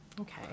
Okay